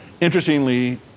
Interestingly